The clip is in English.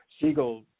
Siegel